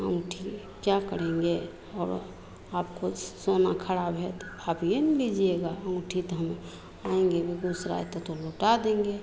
अँगूठी क्या करेंगे और आपको सोना ख़राब है तो आप ही ना लीजिएगा अँगूठी तो हम आएँगे बेगूसराय तो तो लौटा देंगे